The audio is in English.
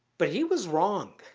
but he was wrong.